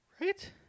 Right